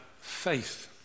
faith